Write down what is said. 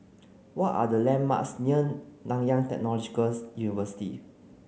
what are the landmarks near Nanyang Technological University